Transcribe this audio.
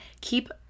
keep